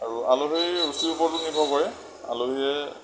আৰু আলহীৰ ৰুচিৰ ওপৰতো নিৰ্ভৰ কৰে আলহীয়ে